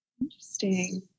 Interesting